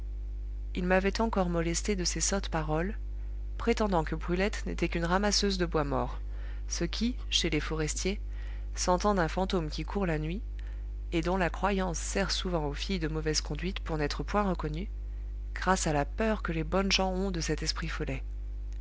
il m'avait encore molesté de ses sottes paroles prétendant que brulette n'était qu'une ramasseuse de bois mort ce qui chez les forestiers s'entend d'un fantôme qui court la nuit et dont la croyance sert souvent aux filles de mauvaise conduite pour n'être point reconnues grâce à la peur que les bonnes gens ont de cet esprit follet